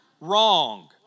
wrong